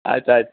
ಆಯ್ತು ಆಯ್ತು